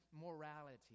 morality